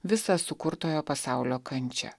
visą sukurtojo pasaulio kančią